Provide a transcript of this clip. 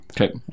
Okay